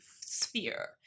sphere